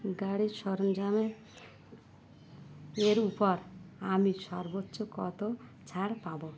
গাড়ির সরঞ্জামে এর উপর আমি সর্বোচ্চ কত ছাড় পাব